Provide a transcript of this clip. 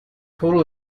total